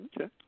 Okay